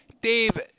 Dave